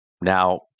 Now